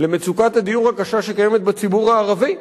למצוקת הדיור הקשה שקיימת בציבור הערבי,